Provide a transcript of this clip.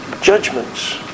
judgments